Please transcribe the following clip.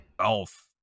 Elf